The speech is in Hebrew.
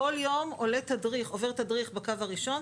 בכל יום עובר תדריך בקו הראשון,